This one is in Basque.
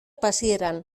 pasieran